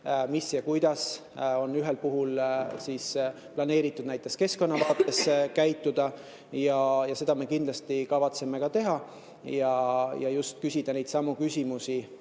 kuidas on ühel puhul planeeritud näiteks keskkonna vaates käituda. Seda me kindlasti kavatseme teha ja just küsida neidsamu küsimusi,